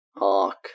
arc